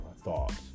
thoughts